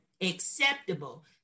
acceptable